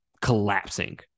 collapsing